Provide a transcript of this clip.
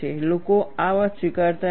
લોકો આ વાત સ્વીકારતા નથી